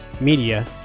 media